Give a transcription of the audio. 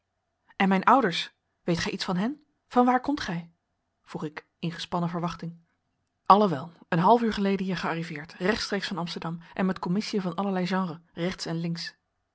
en mijn ouders weet gij iets van hen vanwaar komt gij vroeg ik in gespannen verwachting allen wel een half uur geleden hier gearriveerd rechtstreeks van amsterdam en met commissiën van allerlei genre rechts en links